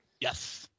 Yes